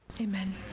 Amen